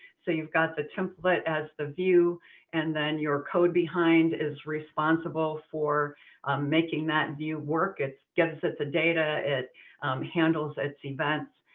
so you've got the template as the view and then your code behind is responsible for um making that view work. it gives it the data. it handles its events.